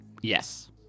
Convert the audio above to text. Yes